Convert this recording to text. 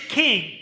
king